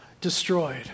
destroyed